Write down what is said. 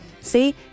See